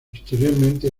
posteriormente